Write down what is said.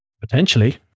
Potentially